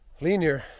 Linear